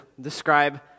describe